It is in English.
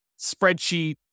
spreadsheet